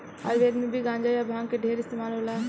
आयुर्वेद मे भी गांजा आ भांग के ढेरे इस्तमाल होला